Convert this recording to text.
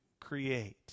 create